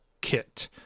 kit